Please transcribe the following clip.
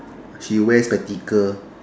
she wear spectacle